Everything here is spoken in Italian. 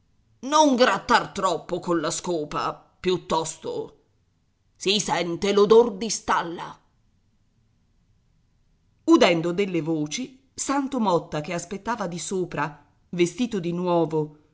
non grattar troppo colla scopa piuttosto si sente l'odor di stalla udendo delle voci santo motta che aspettava di sopra vestito di nuovo